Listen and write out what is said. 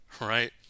right